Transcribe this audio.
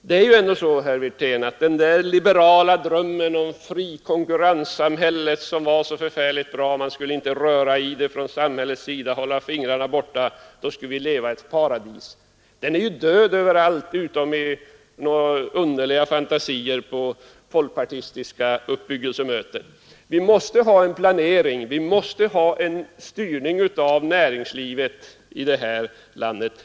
Det är ju ändå så, herr Wirtén, att den liberala drömmen om frikonkurrenssamhället som var så förfärligt bra — man skulle inte röra i det från samhällets sida utan hålla fingrarna borta, då skulle vi leva i ett paradis — är död överallt utom i några underliga fantasier på folkpartistiska uppbyggelsemöten. Vi måste ha en planering, en styrning av näringslivet i det här landet.